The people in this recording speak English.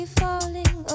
falling